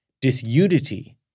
disunity